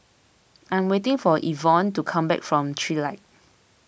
I'm waiting for Evonne to come back from Trilight